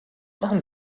machen